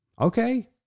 Okay